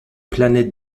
planètes